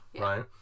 right